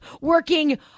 working